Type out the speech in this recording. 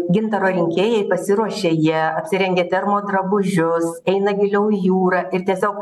gintaro rinkėjai pasiruošia jie apsirengia termo drabužius eina giliau į jūrą ir tiesiog